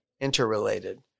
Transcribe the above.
interrelated